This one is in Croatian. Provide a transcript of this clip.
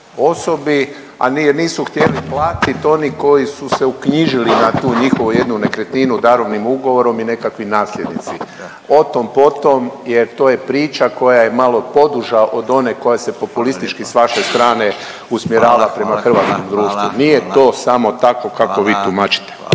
osobi, a nisu htjeli platiti oni koji su se uknjižili na tu njihovu jednu nekretninu darovnim ugovorom i nekakvi nasljednici. O tom, potom jer to je priča koja je malo poduža od one koja se populistički sa vaše strane usmjerava prema hrvatskom društvu. …/Upadica Radin: Hvala. Hvala.